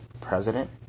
president